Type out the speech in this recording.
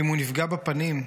אם הוא נפגע בפנים.